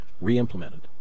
re-implemented